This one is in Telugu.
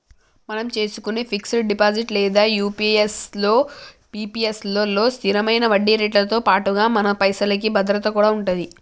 మనం చేసుకునే ఫిక్స్ డిపాజిట్ లేదా పి.పి.ఎస్ లలో స్థిరమైన వడ్డీరేట్లతో పాటుగా మన పైసలకి భద్రత కూడా ఉంటది